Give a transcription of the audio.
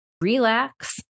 relax